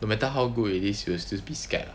no matter how good it is you will still be scared lah